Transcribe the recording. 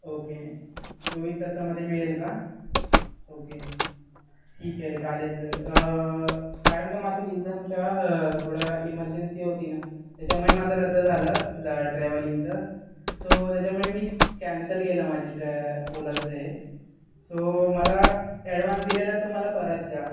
okay चोवीस तासामध्ये मिळेल का ओके ठीक आहे चालेल सर कारण का माझं रिजन का थोडं इमर्जन्सी होती ना त्याच्यामुळे माझं रद्द झालं जा ट्रॅव्हलिंगचं सो त्याच्यामुळे मी कॅन्सल केलं माझी ट्रॅ ओलाचं हे सो मला ॲडवान्स दिलेला तो मला परत द्या